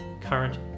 current